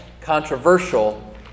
controversial